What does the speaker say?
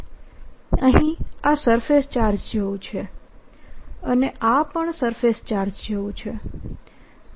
અહીં આ surface charge જેવું છે અને આ પણ સરફેસ ચાર્જ જેવું છે